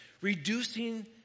reducing